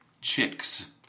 chicks